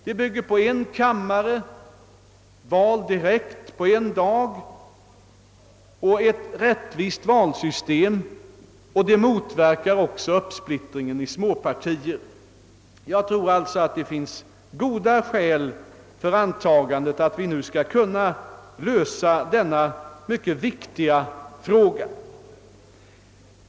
Det bygger på en kammare, direkta val på en dag och ett rättvist valsystem samt motverkar uppsplittringen i småpartier. Det bör därför finnas goda skäl för att anta förslaget och därigenom lösa denna mycket viktiga fråga.